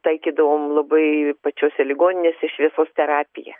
taikydavom labai pačiose ligoninėse šviesos terapija